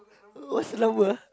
what's your number ah